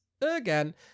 again